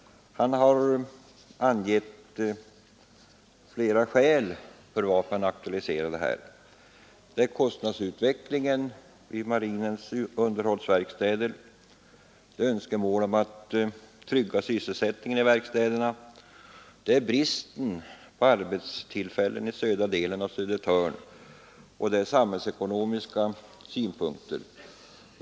Herr Strömberg har i motionen angivit flera skäl för aktualiserandet. Det är kostnadsutvecklingen vid marinens underhållsverkstäder, önskemål om att trygga sysselsättningen i verkstäderna, bristen på arbetstillfällen i södra delen av Södertörn och samhällsekonomiska synpunkter.